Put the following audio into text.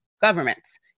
governments